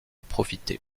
profiter